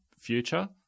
future